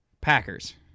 Packers